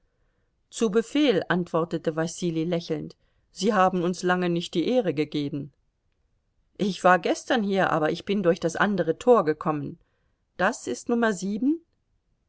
zu befehl antwortete wasili lächelnd sie haben uns lange nicht die ehre gegeben ich war gestern hier aber ich bin durch das andere tor gekommen das ist nummer sieben